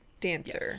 dancer